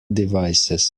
devices